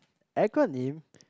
acronym